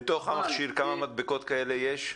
בתוך המכשיר, כמה מדבקות כאלה יש?